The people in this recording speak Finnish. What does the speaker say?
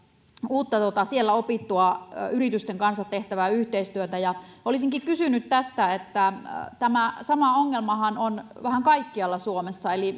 uutta siellä opittua yritysten kanssa tehtävää yhteistyötä olisinkin kysynyt tästä kun tämä sama ongelmahan on vähän kaikkialla suomessa eli